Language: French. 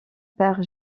père